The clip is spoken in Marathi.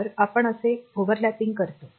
तर आपण असे आच्छादित करतो